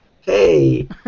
hey